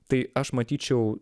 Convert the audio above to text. tai aš matyčiau